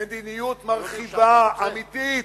מדיניות מרחיבה, אמיתית,